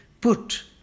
put